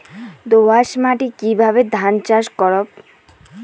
দোয়াস মাটি কিভাবে ধান চাষ করব?